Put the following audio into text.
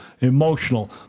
emotional